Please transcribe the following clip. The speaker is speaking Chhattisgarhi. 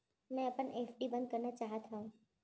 मै अपन एफ.डी बंद करना चाहात हव